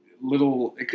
little